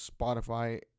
Spotify